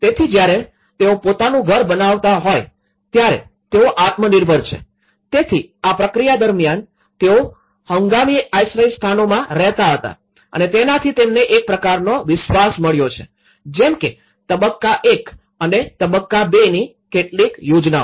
તેથી જ્યારે તેઓ પોતાનું ઘર બનાવતા હોય ત્યારે તેઓ આત્મનિર્ભર છે તેથી આ પ્રક્રિયા દરમિયાન તેઓ હંગામી આશ્રયસ્થાનોમાં રહેતા હતા અને તેનાથી તેમને એક પ્રકારનો વિશ્વાસ મળ્યો છે જેમ કે તબકકા ૧ અને તબકકા ૨ ની કેટલીક યોજનાઓ